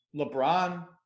LeBron